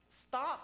Stop